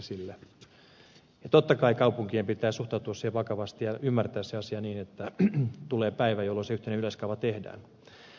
totta kai kaupunkien pitää suhtautua siihen vakavasti ja ymmärtää se asia niin että tulee päivä jolloin se yhteinen yleiskaava tehdään